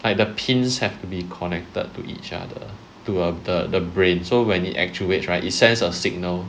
like the pins have to be connected to each other to uh the the brain so when it actuates right it sends a signal